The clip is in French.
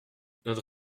notre